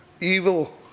evil